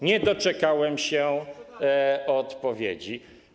Nie doczekałem się odpowiedzi.